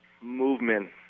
movement